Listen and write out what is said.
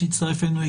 שהצטרף אלינו,